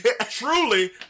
truly